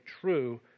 true